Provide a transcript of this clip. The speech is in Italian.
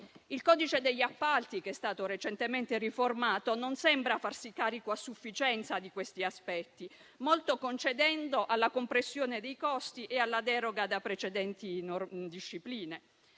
Il codice degli appalti, che è stato recentemente riformato, non sembra farsi carico a sufficienza di questi aspetti, molto concedendo alla compressione dei costi e alla deroga da precedenti discipline.